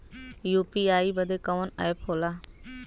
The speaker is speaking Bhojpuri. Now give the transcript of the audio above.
यू.पी.आई बदे कवन ऐप होला?